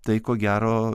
tai ko gero